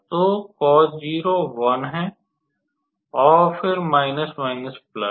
तो cos0 1 है और फिर माइनस माइनस प्लस